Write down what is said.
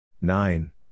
nine